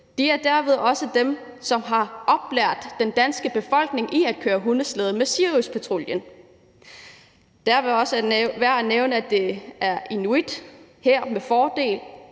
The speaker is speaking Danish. køre hundeslæde, også dem, som har oplært den danske befolkning i at køre hundeslæde med Siriuspatruljen. Det er også værd at nævne, at inuit – altså